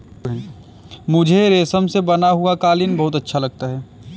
मुझे रेशम से बना हुआ कालीन बहुत अच्छा लगता है